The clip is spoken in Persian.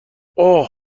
اوه